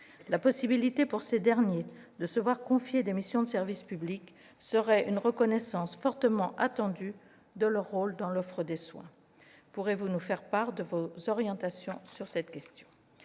La possibilité, pour ces derniers, de se voir confier des missions de service public serait une reconnaissance fortement attendue de leur rôle dans l'offre de soins. Pourrez-vous nous faire part de vos orientations sur cette question ?